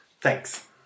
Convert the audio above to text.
Thanks